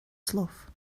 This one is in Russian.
слов